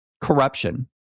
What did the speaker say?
corruption